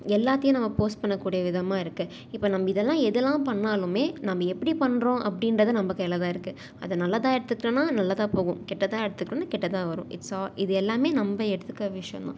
எல்லாத்தேயும் நம்ம போஸ்ட் பண்ணக்கூடிய விதமாக இருக்குது இப்போ நம்ம இதெல்லாம் எதெல்லாம் பண்ணாலுமே நம்ம எப்படி பண்றோம் அப்படின்றத நம்ம கையில் தான் இருக்குது அது நல்லதாக எடுத்துக்கிட்டோன்னால் நல்லதாக போகும் கெட்டதாக எடுத்துக்கிட்டோன்னால் கெட்டதாக வரும் இட்ஸ் ஆ இது எல்லாமே நம்ம எடுத்துக்கிற விஷயம் தான்